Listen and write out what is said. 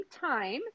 time